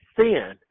sin